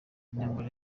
intambara